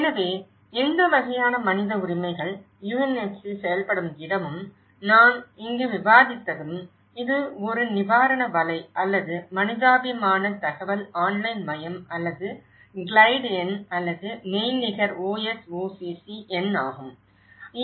எனவே எந்த வகையான மனித உரிமைகள் UNHC செயல்படும் இடமும் நான் இங்கு விவாதித்ததும் இது ஒரு நிவாரண வலை அல்லது மனிதாபிமான தகவல் ஆன்லைன் மையம் அல்லது க்ளைடு எண் அல்லது மெய்நிகர் OSOCC எண் ஆகும்